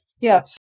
Yes